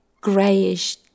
grayish